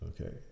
okay